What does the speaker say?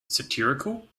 satirical